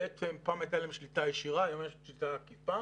בעצם פעם הייתה להם שליטה ישירה והיום יש להם שליטה עקיפה.